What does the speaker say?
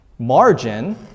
margin